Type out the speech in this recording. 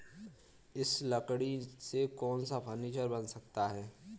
इस लकड़ी से कौन सा फर्नीचर बन सकता है?